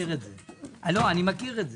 אני מכיר את זה.